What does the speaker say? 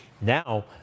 Now